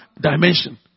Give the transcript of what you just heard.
dimension